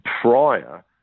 prior